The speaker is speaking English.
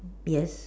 yes